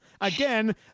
Again